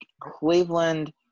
Cleveland